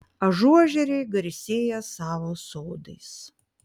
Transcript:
ažuožeriai garsėja savo sodais